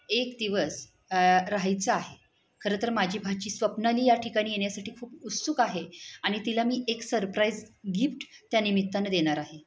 एक दिवस राहायचं आहे खरंतर माझी भाची स्वप्नाली या ठिकाणी येण्यासाठी खूप उत्सुक आहे आणि तिला मी एक सरप्राईज गिफ्ट त्यानिमित्तानं देणार आहे